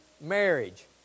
marriage